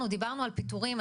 דיברנו על פיטורים,